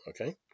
okay